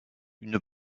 une